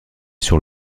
sur